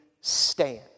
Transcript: stand